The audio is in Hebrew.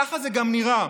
ככה זה גם נראה.